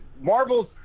Marvel's